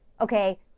Okay